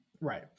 Right